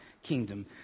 Kingdom